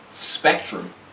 spectrum